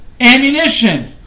ammunition